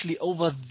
over